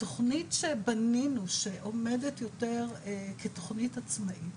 התוכנית שבנינו שעומדת יותר כתוכנית עצמאית,